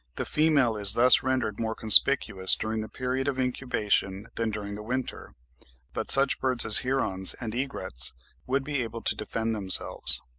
the female is thus rendered more conspicuous during the period of incubation than during the winter but such birds as herons and egrets would be able to defend themselves.